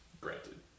granted